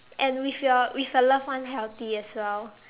and with your with your loved one healthy as well